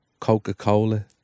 Coca-Cola